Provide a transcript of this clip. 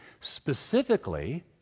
specifically